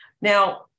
Now